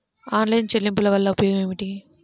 Online చెల్లింపుల వల్ల ఉపయోగమేమిటీ?